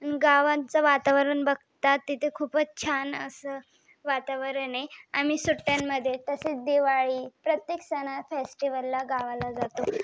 गावांचं वातावरण बघतात तिथं खूपच छान असं वातावरण आहे आम्ही सुट्ट्यांमध्ये तसेच दिवाळी प्रत्येक सणात फेस्टिवलला गावाला जातो